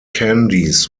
candies